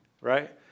right